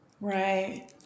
Right